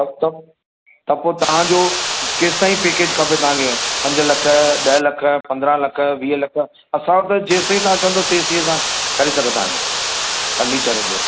तप तप त पोइ तव्हांजो केसिताईं पेकेज खपे तव्हांखे पंज लख ॾह लख पंदरहां लख वीह लख असां वटि त जेसिताईं चवंदव तेसीं असां करे सघंदा आहियूं फर्निचर जो